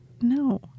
No